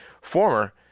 former